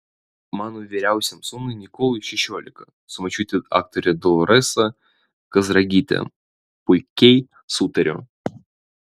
mano vyriausiam sūnui nikolui šešiolika su močiute aktore doloresa kazragyte puikiai sutariu